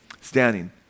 standing